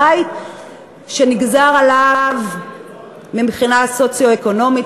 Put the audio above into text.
בית שנגזר עליו מבחינה סוציו-אקונומית,